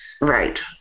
Right